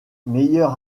meilleur